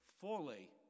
fully